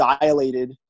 dilated